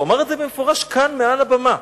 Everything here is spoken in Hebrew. הוא אמר את זה במפורש כאן מעל הבמה,